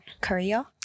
career